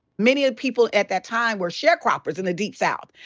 many of the people at that time were sharecroppers in the deep south.